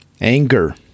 Anger